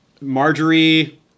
Marjorie